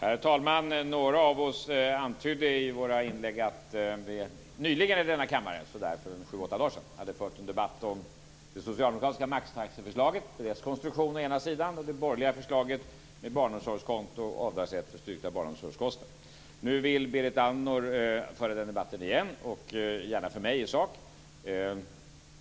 Herr talman! Några av oss antydde i våra inlägg att det nyligen i denna kammare, för sådär sju åtta dagar sedan, hade förts en debatt om det socialdemokratiska maxtaxeförslaget och dess konstruktion å ena sidan och det borgerliga förslaget med barnomsorgskonto och avdragsrätt för styrkta barnomsorgskostnader å den andra. Nu vill Berit Andnor föra den debatten igen, och gärna för mig i sak.